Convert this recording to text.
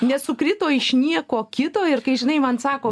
nesukrito iš nieko kito ir kai žinai man sako